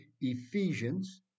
Ephesians